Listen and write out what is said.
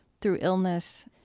through illness,